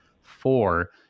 four